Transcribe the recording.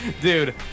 Dude